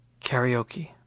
karaoke